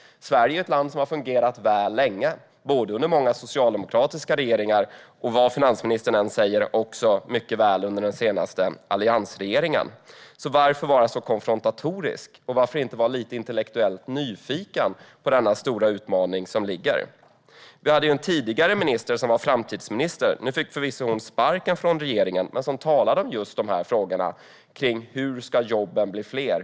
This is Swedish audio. Sverige är ett land som har fungerat väl länge, både under många socialdemokratiska regeringar och, vad finansministern än säger, också under den senaste alliansregeringen. Så varför vara så konfrontatorisk? Och varför inte vara lite intellektuellt nyfiken på denna stora utmaning? Vi hade tidigare en framtidsminister. Hon fick förvisso sparken från regeringen, men hon talade om just dessa frågor: Hur ska jobben bli fler?